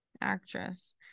Actress